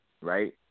right